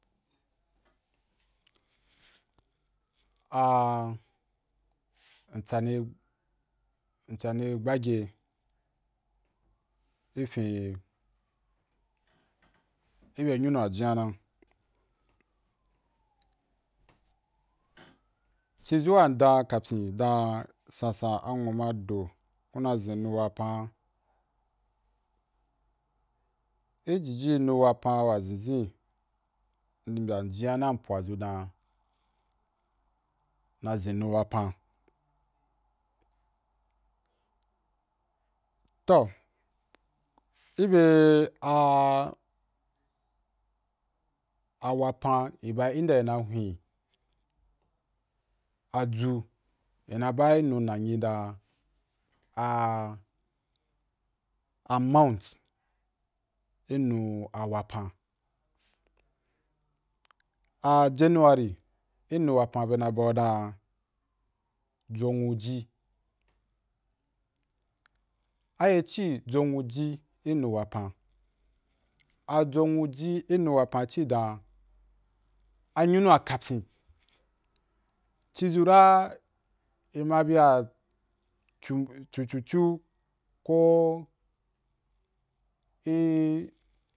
a, ntsani, ntsani gbage i fin, i be nyunu ‘a jinya na cì zu wan ndan kapyin dan sansan anwu ma do ku na zin nu wapan’a ijiji nu wapan wa zinzin ni byam jinyana mm pwazu dan na zin nu wapan toh i bya a wapan i ba inda i na hwen aju i na bu ī nu nanyi dan a a month i nu wapam- a january i nu wapan be na bau dan jonwuji, a ye ci jonwuji i nu wapan? A jonwuji i nu wapan ci dan a nyunu wa kapyin ci zu ra i ma bya chum chuchuchu ko i